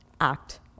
act